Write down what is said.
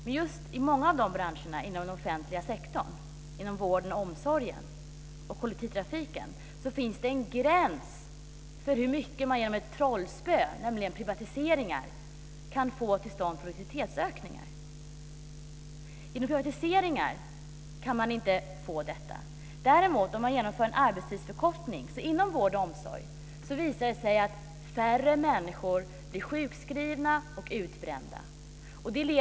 Men i många branscher inom den offentliga sektorn, inom vård och omsorg och inom kollektivtrafiken, finns det en gräns för hur mycket produktivitetsökning man genom ett trollslag, nämligen privatiseringar, kan få till stånd. Genom privatiseringar kan man inte få detta. Däremot visar det sig att om man genomför en arbetstidsförkortning inom vård och omsorg blir färre människor sjukskrivna och utbrända.